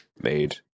made